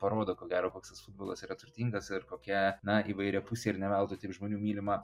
parodo ko gero koks tas futbolas yra turtingas ir kokia na įvairiapusė ir neveltui taip žmonių mylima